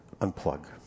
unplug